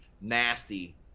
nasty